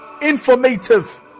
informative